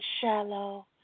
shallow